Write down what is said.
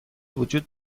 وجود